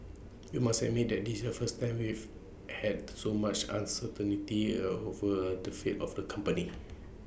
we must admit this your first time we've had so much over A the fate of the company